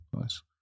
nice